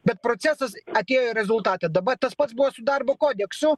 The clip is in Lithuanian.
bet procesas atėjo į rezultatą dabar tas pats buvo su darbo kodeksu